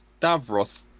Davros